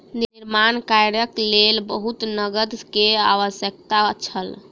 निर्माण कार्यक लेल बहुत नकद के आवश्यकता छल